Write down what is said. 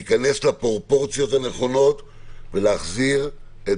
להיכנס לפרופורציות הנכונות ולהחזיר את